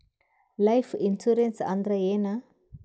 Life insurance ಅಂದ್ರ ಏನ?